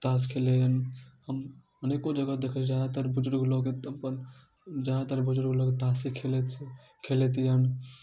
तास खेलै हम अनेको जगह देखैत छी जादातर बुजुर्ग लोग अपन जादातर बुजुर्ग लोग तासे खेलैत छथि खेलैत यऽ